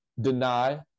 deny